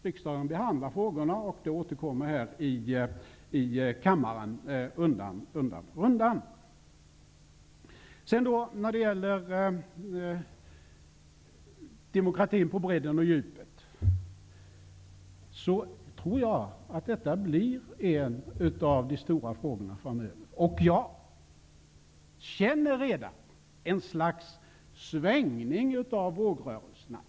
Riksdagen behandlar frågorna, och de återkommer här i kammaren undan för undan. Demokratin, på bredden och på djupet, blir en av de stora frågorna framöver. Jag känner redan ett slags svängning av vågrörelserna.